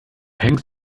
hängst